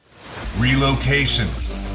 Relocations